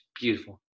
beautiful